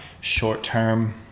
short-term